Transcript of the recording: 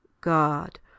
God